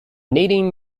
leading